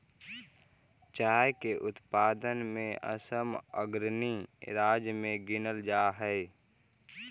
चाय के उत्पादन में असम अग्रणी राज्य में गिनल जा हई